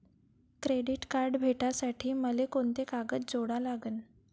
Credit card भेटासाठी मले कोंते कागद जोडा लागन?